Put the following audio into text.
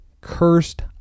cursed